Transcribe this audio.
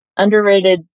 Underrated